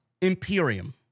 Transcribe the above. Imperium